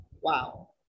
Wow